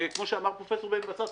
כמו שאמר פרופ' בן בסט,